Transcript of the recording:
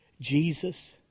Jesus